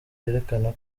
yerekana